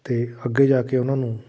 ਅਤੇ ਅੱਗੇ ਜਾ ਕੇ ਉਹਨਾਂ ਨੂੰ